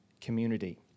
community